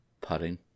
putting